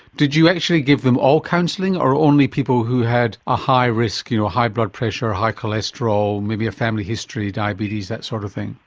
did you actually give them all counselling or only people who had a high risk, you know, high blood pressure or high cholesterol, maybe a family history, diabetes, that sort of thing?